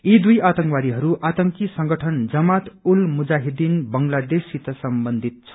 यी दुइ आतंकवादीहरू आतंक्री संगठन जमात उल मुजाहिदीन बंगलादेशसित सम्बन्धित छन्